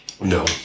No